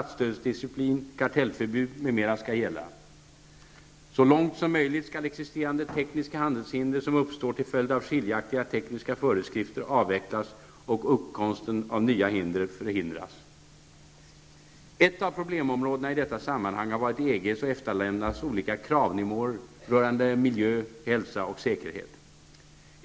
Så långt som möjligt skall existerande tekniska handelshinder som uppstår till följd av skiljaktiga tekniska föreskrifter avvecklas och uppkomsten av nya förhindras. -- Ett av problemområdena i detta sammanhang har varit EGs och EFTA-ländernas olika kravnivåer rörande miljö, hälsa och säkerhet.